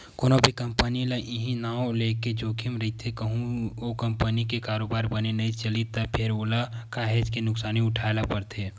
कोनो भी कंपनी ल इहीं नांव लेके जोखिम रहिथे कहूँ ओ कंपनी के कारोबार बने नइ चलिस त फेर ओला काहेच के नुकसानी उठाय ल परथे